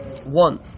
One